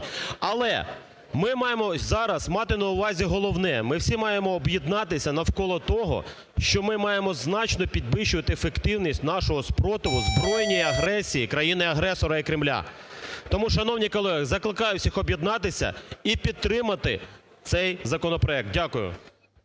Але ми маємо зараз мати на увазі головне: ми всі маємо об'єднатися навколо того, що ми маємо значно підвищувати ефективність нашого спротиву збройній агресії країни-агресора і Кремля. Тому, шановні колеги, закликаю всіх об'єднатися і підтримати цей законопроект. Дякую.